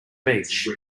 beach